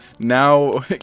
Now